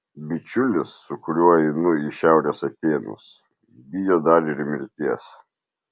bičiulis su kuriuo einu į šiaurės atėnus bijo dar ir mirties